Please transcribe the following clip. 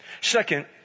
Second